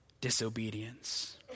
disobedience